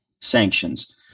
sanctions